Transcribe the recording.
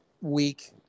week